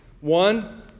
One